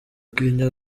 kenya